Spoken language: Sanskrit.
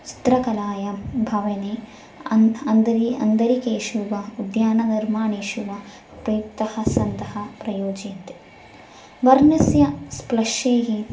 चित्रकलायां भवने अन् अन्तरम् आन्तरिकेषु वा उद्याननिर्माणेषु वा प्रयुक्तः सन्तः प्रयोज्यन्ते वर्णस्य स्प्लश्शैः